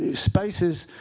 spaces